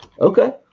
Okay